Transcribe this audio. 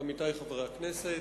עמיתי חברי הכנסת,